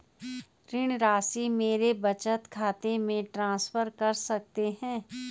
ऋण राशि मेरे बचत खाते में ट्रांसफर कर सकते हैं?